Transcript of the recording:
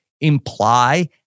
imply